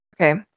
Okay